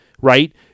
right